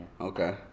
Okay